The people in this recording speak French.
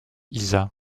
isa